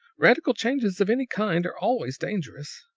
radical changes of any kind are always dangerous.